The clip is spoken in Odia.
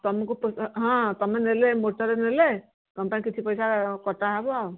ତମକୁ ହଁ ତମେ ନେଲେ ମୋଟ୍ରେ ନେଲେ ତମ ପାଇଁ କିଛି ପଇସା କଟା ହେବ ଆଉ